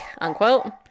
Unquote